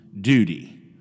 duty